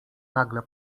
nagle